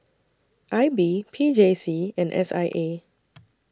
I B P J C and S I A